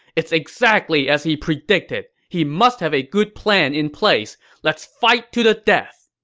it's exactly as he predicted. he must have a good plan in place. let's fight to the death!